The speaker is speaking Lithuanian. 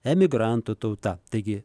emigrantų tauta taigi